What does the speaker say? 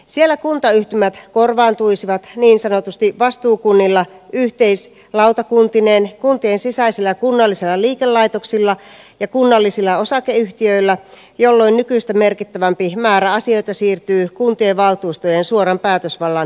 siellä kuntayhtymät korvaantuisivat niin sanotusti vastuukunnilla yhteislautakuntineen kuntien sisäisillä kunnallisilla liikelaitoksilla ja kunnallisilla osakeyhtiöillä jolloin nykyistä merkittävämpi määrä asioita siirtyy kuntien valtuustojen suoran päätösvallan ulottumattomiin